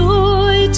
Joy